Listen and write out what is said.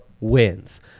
wins